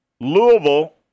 Louisville